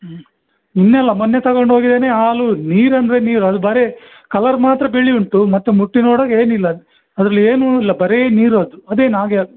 ಹ್ಞೂ ನಿನ್ನೆ ಅಲ್ಲ ಮೊನ್ನೆ ತಗೊಂಡು ಹೋಗಿದೇನೆ ಹಾಲು ನೀರಂದರೆ ನೀರು ಅದು ಬರೀ ಕಲರ್ ಮಾತ್ರ ಬಿಳಿ ಉಂಟು ಮತ್ತು ಮುಟ್ಟಿ ನೋಡುವಾಗ ಏನಿಲ್ಲ ಅದರಲ್ಲಿ ಏನೂ ಇಲ್ಲ ಬರೇ ನೀರು ಅದು ಅದೇನು ಹಾಗೆ ಅದು